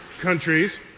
countries